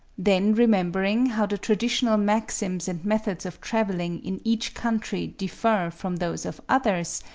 then remembering how the traditional maxims and methods of travelling in each country differ from those of others,